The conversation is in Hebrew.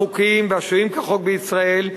החוקיים והשוהים כחוק בישראל,